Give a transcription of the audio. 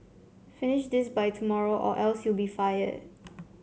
finish this by tomorrow or else you'll be fired